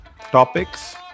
topics